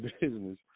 business